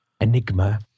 Enigma